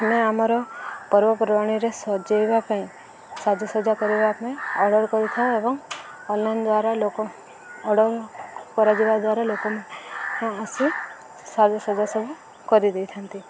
ଆମେ ଆମର ପର୍ବପର୍ବାଣୀରେ ସଜେଇବା ପାଇଁ ସାଜସଜା କରିବା ପାଇଁ ଅର୍ଡ଼ର୍ କରିଥାଉ ଏବଂ ଅନଲାଇନ୍ ଦ୍ୱାରା ଲୋକ ଅର୍ଡ଼ର୍ କରାଯିବା ଦ୍ୱାରା ଲୋକମାନେ ଆସି ସାଜସଜା ସବୁ କରିଦେଇଥାନ୍ତି